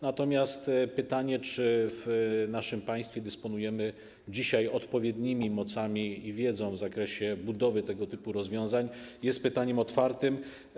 Natomiast pytanie, czy w naszym państwie dysponujemy dzisiaj odpowiednimi mocami i wiedzą w zakresie budowy tego typu rozwiązań, jest pytaniem otwartym.